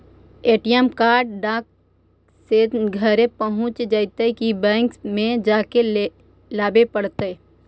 ATM card डाक से घरे पहुँच जईतै कि बैंक में जाके लाबे पड़तै?